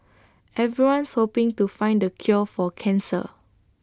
everyone's hoping to find the cure for cancer